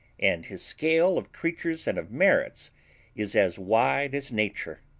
and his scale of creatures and of merits is as wide as nature.